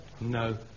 No